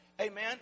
Amen